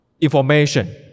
information